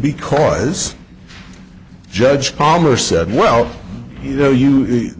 because judge palmer said well you know you